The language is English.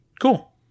Cool